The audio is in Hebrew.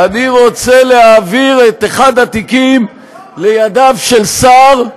אני רוצה להעביר את אחד התיקים לידיו של שר,